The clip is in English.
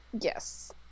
Yes